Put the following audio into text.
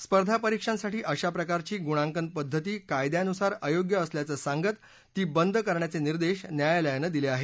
स्पर्धा परीक्षांसाठी अशा प्रकारची गुणांकन पद्धती कायद्यानुसार अयोग्य असल्याचं सांगत ती बंद करण्याचे निर्देश न्यायालयानं दिले आहेत